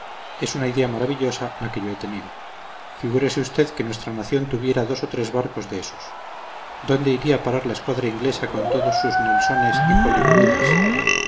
es una idea maravillosa la que yo he tenido figúrese usted que nuestra nación tuviera dos o tres barcos de esos dónde iría a parar la escuadra inglesa con todos sus nelsones y